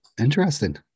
Interesting